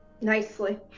Nicely